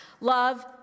Love